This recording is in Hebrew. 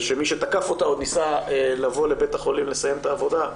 ושמי שתקף אותה עוד ניסה לבוא לבית החולים לסיים את העבודה,